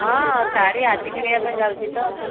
ହଁ ଶାଢ଼ୀ ଆଜି କିଣିବା ପାଇଁ ଯାଉଛି ତ